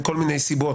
מכל מיני סיבות.